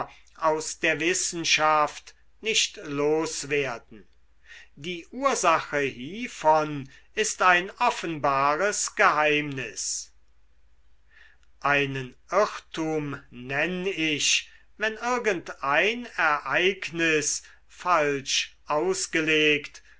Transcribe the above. aus der wissenschaft nicht loswerden die ursache hievon ist ein offenbares geheimnis einen irrtum nenn ich wenn irgendein ereignis falsch ausgelegt